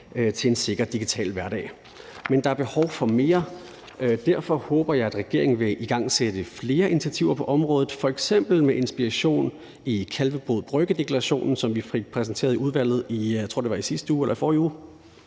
til en sikker digital hverdag. Men der er behov for mere. Derfor håber jeg, at regeringen vil igangsætte flere initiativer på området, f.eks. med inspiration i Kalvebod Brygge-deklarationen, som vi fik præsenteret i udvalget, jeg tror, det